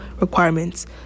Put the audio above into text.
requirements